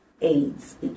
AIDS